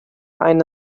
eine